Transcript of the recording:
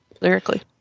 Lyrically